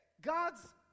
God's